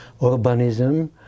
urbanism